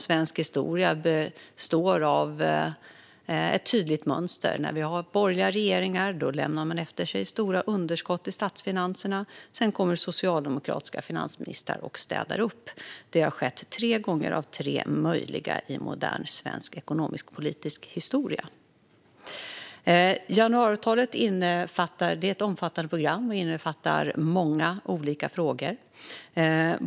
Svensk historia visar ju ett tydligt mönster: Borgerliga regeringar lämnar efter sig stora underskott i statsfinanserna, sedan kommer socialdemokratiska finansministrar och städar upp. Detta har skett tre gånger av tre möjliga i modern svensk ekonomisk-politisk historia. Januariavtalet är ett omfattande program som inbegriper många olika frågor.